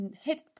Hit